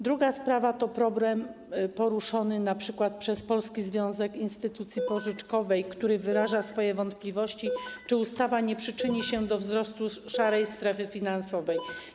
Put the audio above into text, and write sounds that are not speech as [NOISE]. Druga sprawa to problem poruszony np. przez Polski Związek Instytucji [NOISE] Pożyczkowych, który wyraża swoje wątpliwości, czy ustawa nie przyczyni się do wzrostu szarej strefy finansowej.